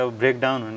breakdown